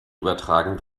übertragen